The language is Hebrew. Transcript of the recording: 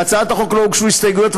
להצעת החוק לא הוגשו הסתייגויות,